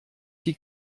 die